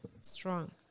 strong